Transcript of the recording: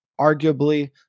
arguably